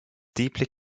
deeply